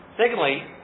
Secondly